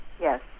yes